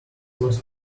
was